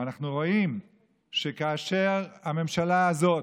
אנחנו רואים שבממשלה הזאת,